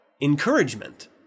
encouragement